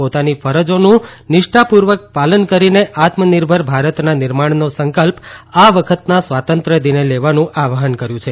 પોતાની ફરજોનું નિષ્ઠાપૂર્વક પાલન કરીને આત્મનિર્ભર ભારતના નિર્માણનો સંકલ્પ આ વખતના સ્વાતંત્ર્યદિને લેવાનું આહવાન કર્યું છે